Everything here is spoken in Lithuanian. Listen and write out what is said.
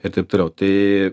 ir taip toliau tai